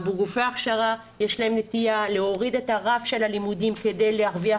לגופי ההכשרה יש נטייה להוריד את רף הלימודים כדי להרוויח